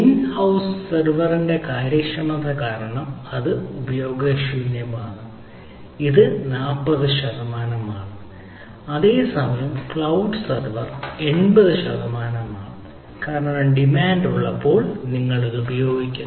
in house സെർവറിന്റെ കാര്യക്ഷമത കാരണം അത് ഉപയോഗശൂന്യമാണ് ഇത് 40 ശതമാനമാണ് അതേസമയം ക്ലൌഡ് സെർവർ 80 ശതമാനമാണ് കാരണം ഡിമാൻഡ് ഉള്ളപ്പോൾ നിങ്ങൾ ഇത് ഉപയോഗിക്കുന്നു